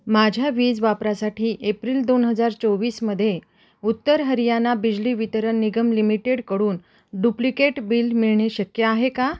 माझ्या वीज वापरासाठी एप्रिल दोन हजार चोवीसमध्ये उत्तर हरियाणा बिजली वितरण निगम लिमिटेडकडून डुप्लिकेट बिल मिळणे शक्य आहे का